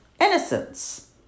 Innocence